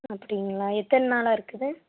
அப்படிங்களா எத்தனை நாளாக இருக்குது